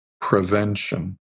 prevention